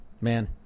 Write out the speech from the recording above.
man